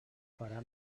farà